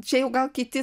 čia jau gal kiti